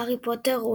הארי פוטר,